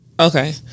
Okay